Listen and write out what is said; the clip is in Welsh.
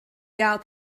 gael